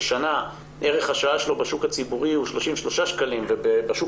שעה כשערך שעה שלו בציבורי הוא בערך 33 שקלים ואילו בשוק